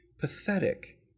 pathetic